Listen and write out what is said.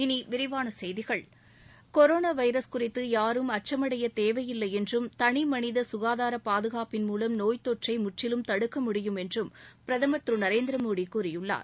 இனி விரிவான செய்திகள் கொரோனா வைரஸ் குறித்து யாரும் அச்சமடைய தேவையில்லை என்றும் தனி மனித சுகாதார பாதுகாப்பு மூலம் நோய்த்தொற்றை முற்றிலும் தடுக்க முடியும் என்றும் பிரதமர் திரு நரேந்திர மோடி கூறியுள்ளார்